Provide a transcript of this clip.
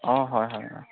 অঁ হয় হয় হয়